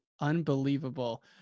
Unbelievable